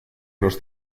los